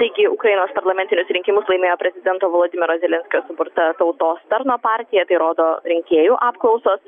taigi ukrainos parlamentinius rinkimus laimėjo prezidento volodymyro zelenskio suburta tautos tarno partija tai rodo rinkėjų apklausos